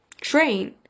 train